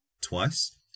twice